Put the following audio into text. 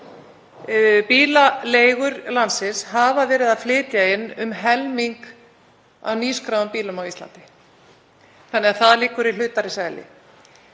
Bílaleigur landsins hafa verið að flytja inn um helming af nýskráðum bílum á Íslandi þannig að það liggur í hlutarins eðli.